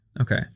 Okay